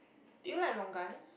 do you like longan